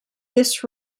this